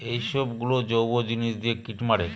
এইসব গুলো জৈব জিনিস দিয়ে কীট মারে